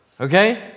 Okay